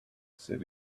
said